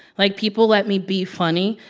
like, people let me be funny.